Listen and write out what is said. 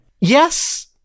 Yes